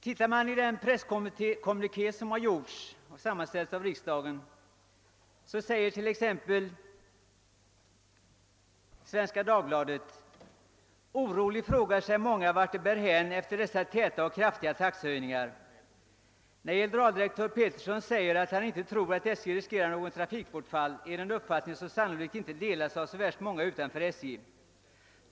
Enligt den pressöversikt som har sammanställts i riksdagen skriver t.ex. Svenska Dagbladet: »Oroligt frågar sig många vart det bär hän efter dessa täta och kraftiga taxehöjningar. När generaldirektör Peterson säger att han inte tror att SJ riskerar något trafikbortfall är det en uppfattning som sannolikt inte delas av så värst många utanför SJ.